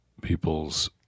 people's